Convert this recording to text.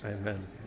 Amen